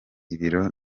ibiro